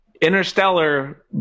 interstellar